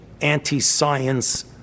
anti-science